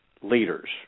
leaders